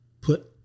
put